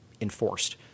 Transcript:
enforced